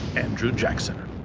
andrew jackson.